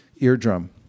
eardrum